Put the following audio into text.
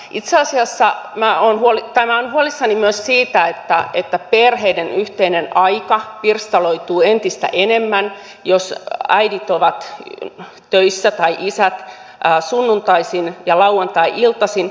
itse asiassa minä olen huolissani myös siitä että perheiden yhteinen aika pirstaloituu entistä enemmän jos äidit tai isät ovat töissä sunnuntaisin ja lauantai iltaisin